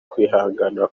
kwihanganira